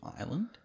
island